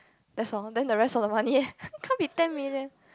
that's all then the rest of the money eh can't be ten million